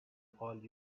all